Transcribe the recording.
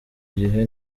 gihe